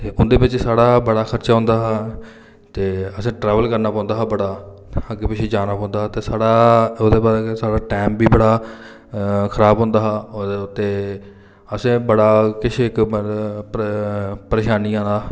ते उं'दे बिच साढ़ा बड़ा खर्चा होंदा हा ते असें ट्रैवल करना पौंदा हा बड़ा अग्गें पिच्छें जाना पौंदा हा ते साढ़ा ओह्दे आस्तै साढ़ा टैम बी बड़ा खराब होंदा हा और ते असें बड़ा किश इक मतलब पर परेशानियें दा